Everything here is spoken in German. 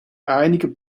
einiger